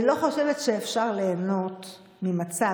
אני לא חושבת שאפשר ליהנות ממצב,